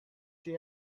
she